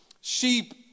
sheep